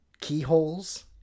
keyholes